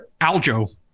Aljo